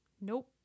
Nope